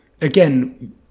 again